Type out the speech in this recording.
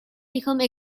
become